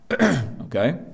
okay